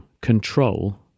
control